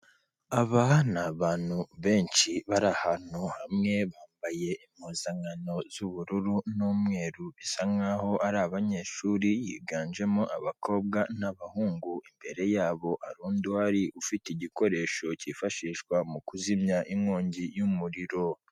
Aba ni abantu benshi bari ahantu hamwe, bambaye impuzankano z'ubururu n'umweru, bisa nk'aho ari abanyeshuri, higanjemo abakobwa n'abahungu, imbere yabo hari undi uhari, ufite igikoresho cyifashishwa mu kuzimya inkongi y'umuriro.